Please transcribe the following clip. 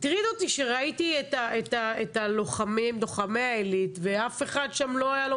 מטריד אותי שראיתי את לוחמי העלית ואף אחד שם לא היה לו